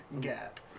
gap